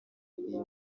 iyi